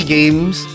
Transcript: Games